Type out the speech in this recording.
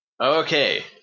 Okay